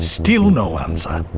still no answer.